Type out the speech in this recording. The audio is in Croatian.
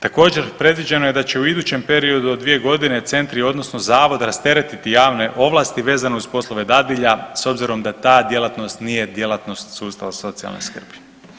Također predviđeno je da će u idućem periodu od 2.g. centri odnosno zavod rasteretiti javne ovlasti vezano uz poslove dadilja s obzirom da ta djelatnost nije djelatnost sustava socijalne skrbi.